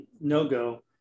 no-go